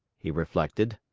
he reflected.